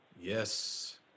Yes